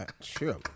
Sure